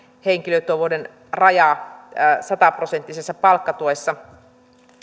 henkilötyövuoden raja sataprosenttisessa palkkatuessa